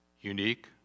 Unique